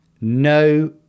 No